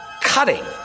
cutting